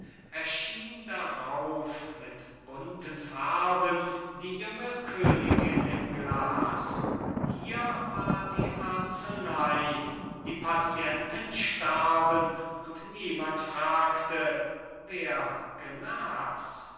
erschien darauf mit bunten farben die junge königin im glas hier war die arzeney die patienten starben und niemand fragte wer genas